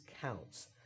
counts